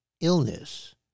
illness